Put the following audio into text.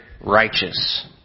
righteous